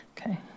Okay